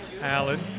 Alan